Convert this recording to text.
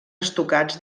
estucats